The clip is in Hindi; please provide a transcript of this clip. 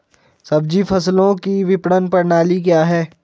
सब्जी फसलों की विपणन प्रणाली क्या है?